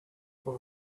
for